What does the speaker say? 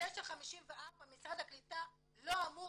ב-9:54 משרד הקליטה לא אמור